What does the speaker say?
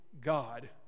God